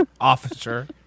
Officer